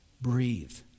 Breathe